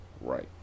Right